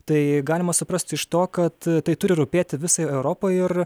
tai galima suprasti iš to kad tai turi rūpėti visai europai ir